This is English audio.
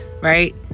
right